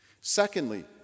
Secondly